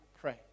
pray